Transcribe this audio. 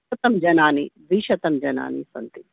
द्विशतं जनानि द्विशतं जनानि सन्ति